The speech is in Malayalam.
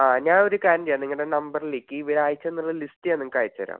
ആ ഞാനൊരു കാര്യം ചെയ്യാം നിങ്ങളുടെ നമ്പർലേക്ക് ഇവരായച്ച് തന്നിട്ടുള്ള ലിസ്റ്റ് ഞാൻ നിങ്ങൾക്ക് അയച്ചെരാം